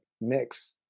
mix